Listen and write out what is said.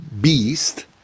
beast